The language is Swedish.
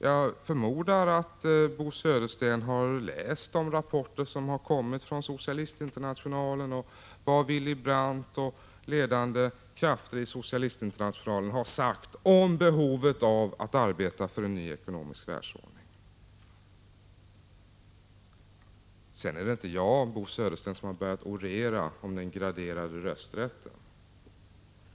Jag förmodar att Bo Södersten har läst de rapporter som kommit från Socialistinternationalen och vad Willy Brandt och ledande krafter i Socialistinternationalen har sagt om behovet av att arbeta för en ny ekonomisk världsordning. 143 Det var inte jag som började orera om den graderade rösträtten.